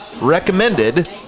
recommended